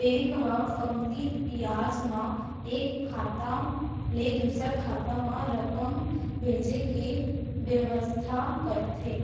bank ह कमती बियाज म एक खाता ले दूसर खाता म रकम भेजे के बेवस्था करथे